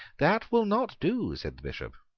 that will not do, said the bishop.